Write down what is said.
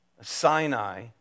Sinai